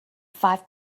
five